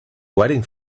waiting